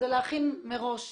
להכין מראש.